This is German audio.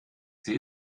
sie